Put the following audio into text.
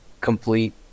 complete